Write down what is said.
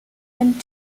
and